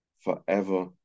forever